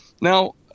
Now-